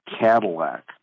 Cadillac